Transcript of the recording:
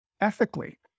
ethically